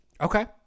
Okay